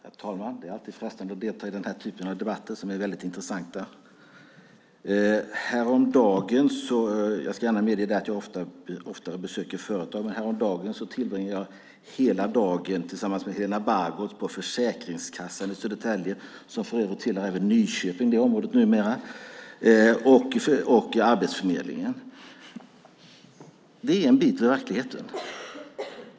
Herr talman! Det är alltid frestande att delta i den här typen av debatter som är väldigt intressanta. Jag besöker oftare företag, men häromdagen tillbringade jag hela dagen tillsammans med Helena Bargholtz på Försäkringskassan i Södertälje - för övrigt tillhör även Nyköping det området numera - och Arbetsförmedlingen. Det är en bit ur verkligheten.